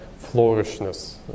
flourishness